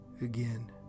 Again